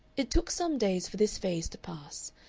it took some days for this phase to pass,